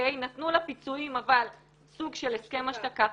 נתנו לה פיצויים אבל סוג של הסכם השתקה.